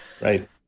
Right